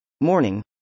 morning